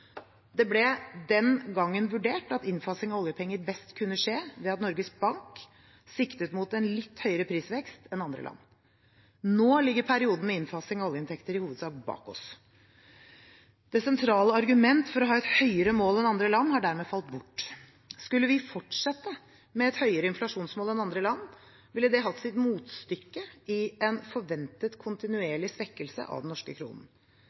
Det ble den gangen vurdert at innfasingen av oljepenger best kunne skje ved at Norges Bank siktet mot en litt høyere prisvekst enn andre land. Nå ligger perioden med innfasing av oljeinntekter i hovedsak bak oss. Det sentrale argument for å ha et høyere mål enn andre land har dermed falt bort. Skulle vi fortsette med et høyere inflasjonsmål enn andre land, ville det hatt sitt motstykke i en forventet kontinuerlig svekkelse av den norske kronen.